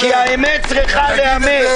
כי האמת צריכה להיאמר.